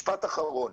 משפט אחרון.